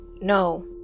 No